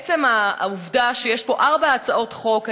עצם העובדה שיש פה ארבע הצעות חוק,